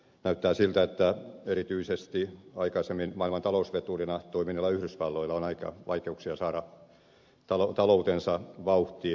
näyttää siltä että erityisesti aikaisemmin maailman talousveturina toimineella yhdysvalloilla on aika lailla vaikeuksia saada taloutensa vauhtiin